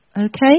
okay